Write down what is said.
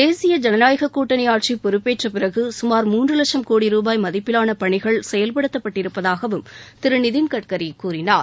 தேசிய ஜனநாயகக் கூட்டணி ஆட்சி பொறுப்பேற்ற பிறகு சுமார் மூன்று வட்சம் கோடி ரூபாய் மதிப்பிலான பணிகள் செயல்படுத்தப் பட்டிருப்பதாகவும் திரு நிதின்கட்கரி கூறினார்